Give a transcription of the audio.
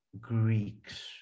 Greeks